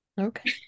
okay